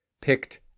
picked